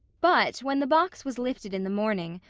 but, when the box was lifted in the morning,